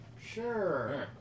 Sure